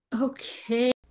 Okay